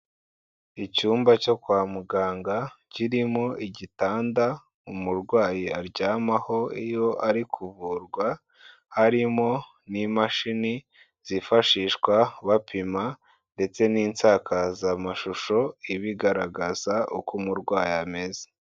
Icyumba cyo kwa muganga, kirimo igitanda umurwayi aryamaho iyo ari kuvurwa, harimo n'imashini zifashishwa bapima ndetse n'insakazamashusho, iba igaragaza uko umurwayi ameze.